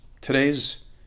Today's